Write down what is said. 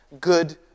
good